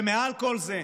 ומעל כל זה,